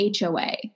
HOA